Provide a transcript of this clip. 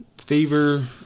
fever